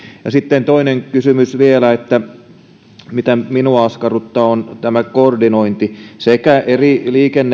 ja sitten toinen kysymys vielä mikä minua askarruttaa on tämä koordinointi sekä eri